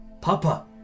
Papa